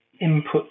input